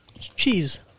cheese